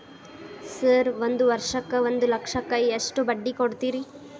Sir ಒಂದು ವರ್ಷಕ್ಕ ಒಂದು ಲಕ್ಷಕ್ಕ ಎಷ್ಟು ಬಡ್ಡಿ ಕೊಡ್ತೇರಿ?